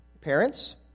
parents